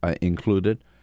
included